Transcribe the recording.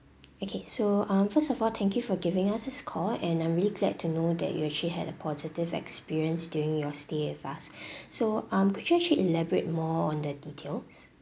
okay so um first of all thank you for giving us this call and I'm really glad to know that you actually had a positive experience during your stay with us so um could you actually elaborate more on the details